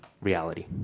reality